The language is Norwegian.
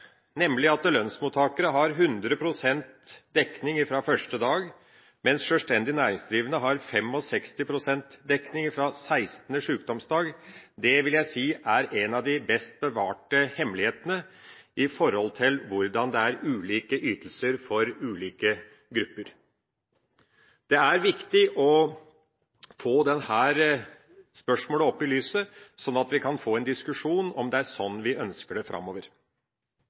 nemlig at lønnsmottakere har 100 pst. dekning fra første dag, mens sjølstendig næringsdrivende har 65 pst. dekning fra sekstende sykdomsdag, vil jeg si er en av de best bevarte hemmelighetene med tanke på hvordan det er ulike ytelser for ulike grupper. Det er viktig å få dette spørsmålet opp i lyset, sånn at vi kan få en diskusjon om det er sånn vi ønsker det framover.